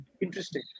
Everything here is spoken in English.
Interesting